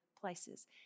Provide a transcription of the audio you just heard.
places